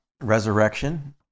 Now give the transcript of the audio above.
resurrection